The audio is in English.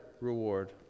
reward